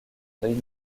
deuil